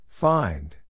Find